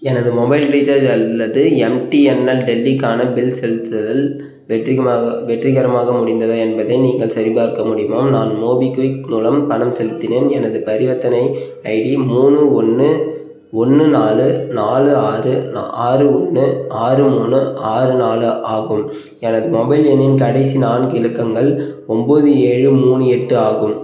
எனது mobile recharge அல்லது MTNL டெல்லிக்கான பில் செலுத்துதல் வெற்றிகரமாக வெற்றிகரமாக முடிந்ததா என்பதை நீங்கள் சரிபார்க்க முடியுமா நான் மோபிக்விக் மூலம் பணம் செலுத்தினேன் எனது பரிவர்த்தனை ஐடி மூணு ஒன்று ஒன்று நாலு நாலு ஆறு நாலு ஆறு ஒன்று ஆறு மூணு ஆறு நாலு ஆகும் எனது மொபைல் எண்ணின் கடைசி நான்கு இலக்கங்கள் ஒன்போது ஏழு மூணு எட்டு ஆகும்